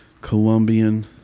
Colombian